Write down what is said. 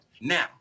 Now